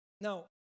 Now